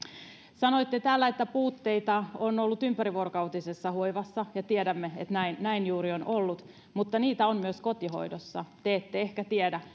sanoitte täällä että puutteita on ollut ympärivuorokautisessa hoivassa ja tiedämme että näin näin juuri on ollut mutta niitä on myös kotihoidossa te ette ehkä sitä tiedä